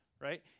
right